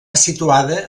situada